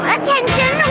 Attention